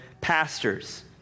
pastors